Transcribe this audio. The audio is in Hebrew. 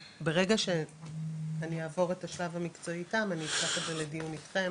וברגע אני אעבור את השלב המקצועי איתם אני אקח את זה לדיון אתכן